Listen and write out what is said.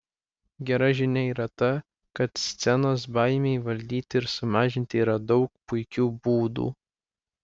gera žinia yra ta kad scenos baimei valdyti ir sumažinti yra daug puikių būdų